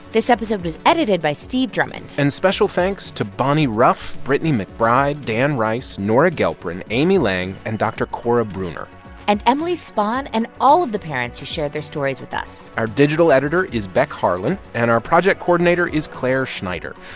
this episode was edited by steve drummond and special thanks to bonnie rough, brittany mcbride, dan rice, nora gelperin, amy lang and dr. cora breuner and emily spahn and all of the parents who shared their stories with us our digital editor is beck harlan, and our project coordinator is clare schneider.